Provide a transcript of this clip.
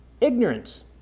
ignorance